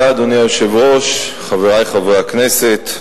אדוני היושב-ראש, תודה, חברי חברי הכנסת,